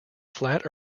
flat